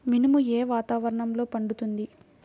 మినుము ఏ వాతావరణంలో పండుతుంది?